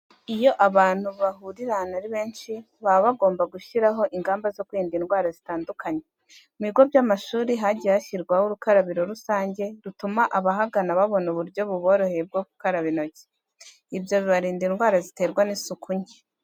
Iyo abantu bahurira ahantu ari benshi, baba bagomba gushyiraho ingamba zo kwirinda indwara zitandukanye. Mu bigo by'amashuri hagiye hashyirwaho urukarabiro rusange rutuma abahagana babona uburyo buboroheye bwo gukaraba intoki. Ibyo bibarinda indwara ziterwa n'isuku nke.